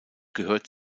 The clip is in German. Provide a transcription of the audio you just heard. gehört